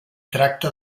tracta